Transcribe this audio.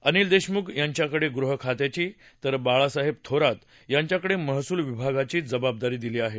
अनिल देशमुख यांच्याकडे गृह खात्याची तर बाळासाहेब थोरात यांच्याकडे महसूल विभागाची जबाबदीरी दिली आहे